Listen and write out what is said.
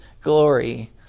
glory